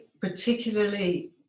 particularly